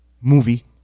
movie